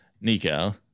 Nico